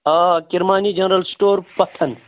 آ Kirmani general store پَتھَن